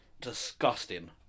disgusting